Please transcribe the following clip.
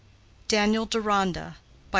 daniel deronda,